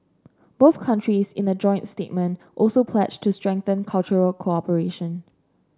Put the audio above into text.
both countries in a joint statement also pledged to strengthen cultural cooperation